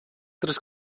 tres